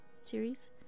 Series